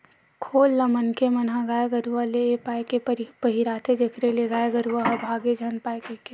खोल ल मनखे मन ह गाय गरुवा ले ए पाय के पहिराथे जेखर ले गाय गरुवा ह भांगे झन पाय कहिके